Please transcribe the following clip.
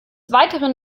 weiteren